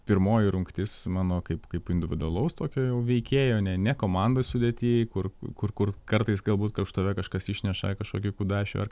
pirmoji rungtis mano kaip kaip individualaus tokio jau veikėjo ne ne komandos sudėty kur kur kur kartais galbūt už tave kažkas išneša kažkokį kudašių ar